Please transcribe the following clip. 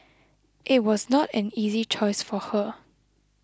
it was not an easy choice for her